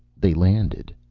they landed.